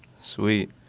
Sweet